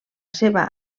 seva